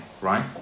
right